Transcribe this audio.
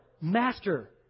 Master